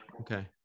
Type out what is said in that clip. okay